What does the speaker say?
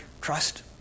Trust